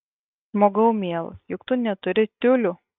žmogau mielas juk tu neturi tiulių